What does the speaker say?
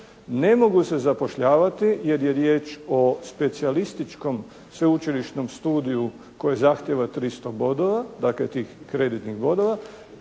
ne mogu se zapošljavati jer je riječ o specijalističkom sveučilišnom studiju koji zahtijeva 300 bodova dakle tih kreditnih bodova